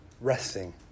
resting